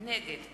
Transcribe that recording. נגד